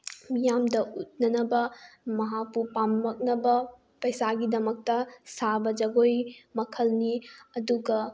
ꯃꯤꯌꯥꯝꯗ ꯎꯠꯅꯅꯕ ꯃꯍꯥꯛꯄꯨ ꯄꯥꯝꯃꯛꯅꯕ ꯄꯩꯁꯥꯒꯤꯗꯃꯛꯇ ꯁꯥꯕ ꯖꯒꯣꯏ ꯃꯈꯜꯅꯤ ꯑꯗꯨꯒ